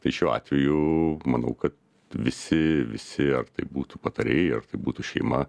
tai šiuo atveju manau kad visi visi ar tai būtų patarėjai ar tai būtų šeima